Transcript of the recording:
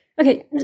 Okay